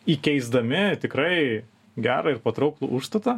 įkeisdami tikrai gerą ir patrauklų užstatą